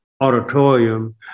auditorium